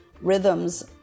rhythms